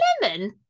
Lemon